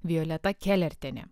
violeta kelertiene